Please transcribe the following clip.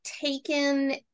taken